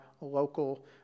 local